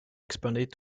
expanded